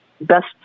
best